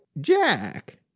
jack